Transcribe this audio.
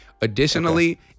additionally